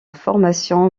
formation